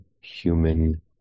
human